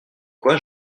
quoi